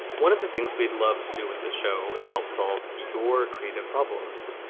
one of the things we'd love to do with this show is help solve your creative problems,